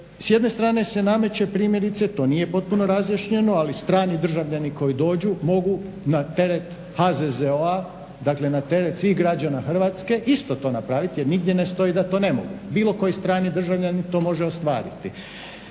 s jedne strane se nameće primjerice, to nije potpuno razjašnjeno, ali strani državljani koji dođu mogu na teret HZZO-a, dakle na teret svih građana Hrvatske isto to napraviti jer nigdje ne stoji da to ne mogu. Bilo koji strani državljanin to može ostvariti.